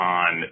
on